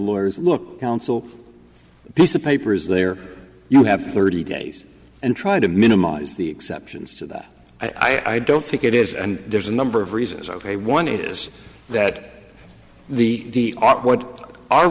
lawyers look counsel piece of paper is there you have thirty days and try to minimize the exceptions to that i don't think it is and there's a number of reasons ok one is that the op what our